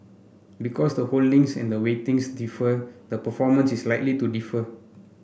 because the holdings and the weightings differ the performance is likely to differ